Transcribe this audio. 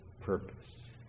purpose